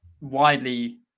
widely